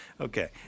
Okay